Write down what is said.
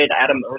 Adam